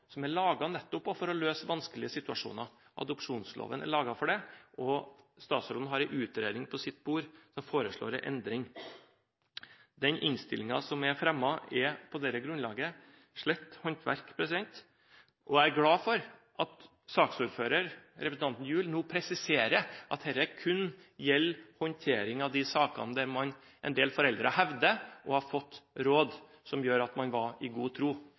som er laget nettopp for å løse vanskelige situasjoner. Adopsjonsloven er laget for det, og statsråden har en utredning på sitt bord der en foreslår en endring. Innstillingen som er fremmet, er på dette grunnlaget slett håndverk, og jeg er glad for at saksordføreren, representanten Gjul, nå presiserer at dette kun gjelder håndtering av de sakene der en del foreldre hevder å ha fått råd som gjorde at man var i god tro.